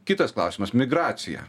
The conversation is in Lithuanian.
kitas klausimas migracija